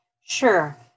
sure